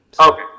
Okay